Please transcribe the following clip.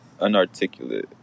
unarticulate